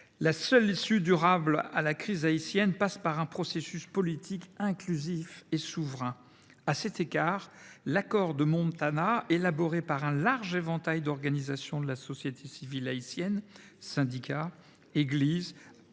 La seule issue durable à la crise haïtienne passe par un processus politique inclusif et souverain. À cet égard, l’accord de Montana, élaboré par un large éventail d’organisations de la société civile haïtienne – syndicats, églises,